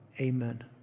Amen